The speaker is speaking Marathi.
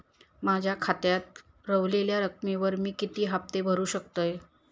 माझ्या खात्यात रव्हलेल्या रकमेवर मी किती हफ्ते भरू शकतय?